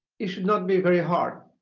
it should not be very hard.